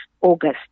August